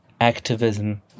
activism